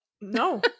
No